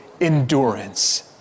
Endurance